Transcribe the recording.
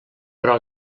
però